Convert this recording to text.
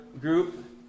group